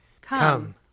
Come